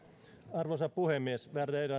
arvoisa puhemies